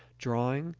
drawing,